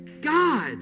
God